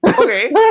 Okay